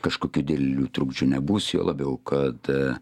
kažkokių didelių trukdžių nebus juo labiau kad